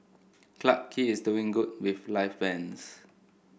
Clarke Quay is doing good with live bands